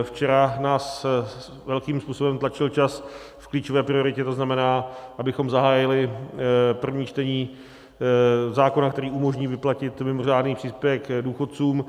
Včera nás velkým způsobem tlačil čas v klíčové prioritě, to znamená, abychom zahájil první čtení zákona, který umožní vyplatit mimořádný příspěvek důchodcům.